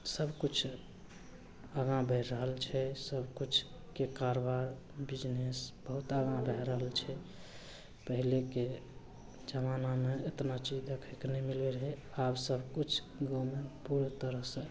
सबकिछु आगाँ बढ़ि रहल छै सबकिछुके कारबार बिजनेस बहुत आगाँ भै रहल छै पहिलेके जमानामे एतेक चीज देखैके नहि मिलै रहै आब सबकिछु गाममे पूरे तरहसे